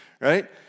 right